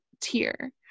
tier